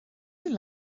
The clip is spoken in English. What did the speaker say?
you